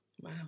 Wow